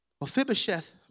Mephibosheth